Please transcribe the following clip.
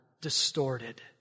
distorted